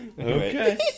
Okay